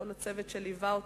לכל הצוות שליווה אותי,